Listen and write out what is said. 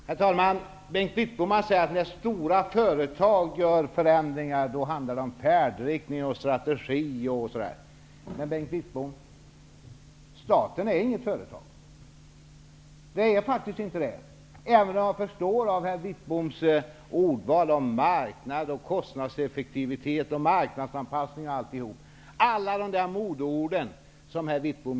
Herr talman! Bengt Wittbom anser att när stora företag gör förändringar, så handlar det om färdriktning, stategi och liknande. Men, Bengt Wittbom, staten är inget företag. Herr Wittbom talar om marknad, kostnadseffektivitet, marknadsanpassning osv.